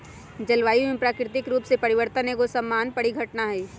जलवायु में प्राकृतिक रूप से परिवर्तन एगो सामान्य परिघटना हइ